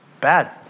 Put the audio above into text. Bad